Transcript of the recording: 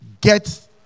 get